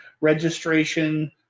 registration